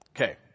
Okay